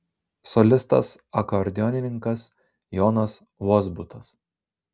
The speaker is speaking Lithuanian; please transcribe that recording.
solistas akordeonininkas jonas vozbutas